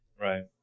Right